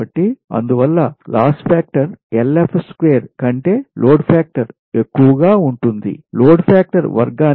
కాబట్టి అందువల్ల loss factor కంటే లోడ్ ఫాక్టర్ ఎక్కువగా ఉంటుంది లోడ్ ఫాక్టర్ వర్గానికి